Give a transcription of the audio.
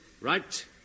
Right